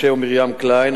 משה ומרים קליין,